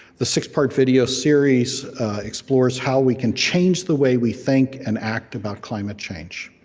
the six part video series explores how we can change the way we think and act about climate change,